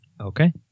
Okay